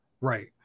Right